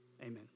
amen